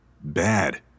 Bad